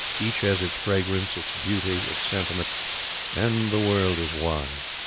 each has its fragrance, its beauty, its sentiment and the world is wide!